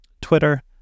Twitter